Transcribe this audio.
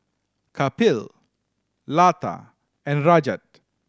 Kapil Lata and Rajat